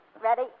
Ready